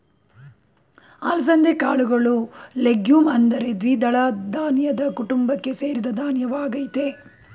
ಅಲಸಂದೆ ಕಾಳುಗಳು ಲೆಗ್ಯೂಮ್ ಅಂದರೆ ದ್ವಿದಳ ಧಾನ್ಯದ ಕುಟುಂಬಕ್ಕೆ ಸೇರಿದ ಧಾನ್ಯವಾಗಯ್ತೆ